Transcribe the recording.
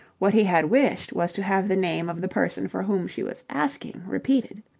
what he had wished was to have the name of the person for whom she was asking repeated.